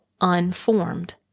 unformed